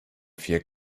vier